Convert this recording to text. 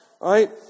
right